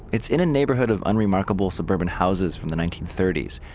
it's in a neighborhood of unremarkable suburban houses from the nineteen thirty s.